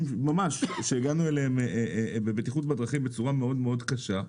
ממש שהגענו אליהם בבטיחות בדרכים בצורה מאוד מאוד קשה.